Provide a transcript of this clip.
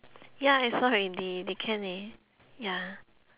ya I saw already they can eh ya